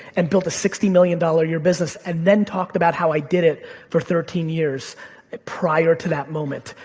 and built a sixty million dollars a year business, and then talked about how i did it for thirteen years and prior to that moment.